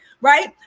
right